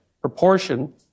proportion